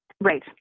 Right